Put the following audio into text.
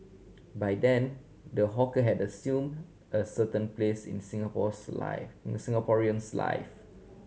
by then the hawker had assume a certain place in Singapore's life in Singaporean's life